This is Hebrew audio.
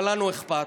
אבל לנו אכפת,